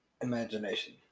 imagination